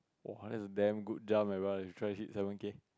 !woah! that's a damn good jump eh try hit seven K